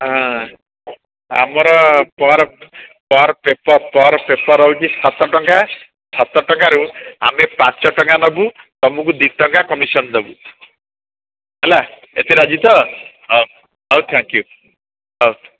ଆଁ ଆମର per per paper per paper ହେଉଛି ସାତ ଟଙ୍କା ସାତ ଟଙ୍କାରୁ ଆମେ ପାଞ୍ଚ ଟଙ୍କା ନେବୁ ତୁମକୁ ଦୁଇ ଟଙ୍କା କମିଶନ୍ ଦେବୁ ହେଲା ଏଥିରେ ରାଜି ତ ହଉ ହଉ ଥାଙ୍କ ୟୁ ହଉ